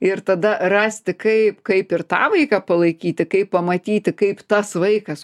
ir tada rasti kaip kaip ir tą vaiką palaikyti kaip pamatyti kaip tas vaikas